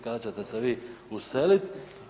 Kada ćete se vi useliti?